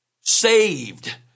saved